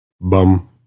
Bum